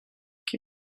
qui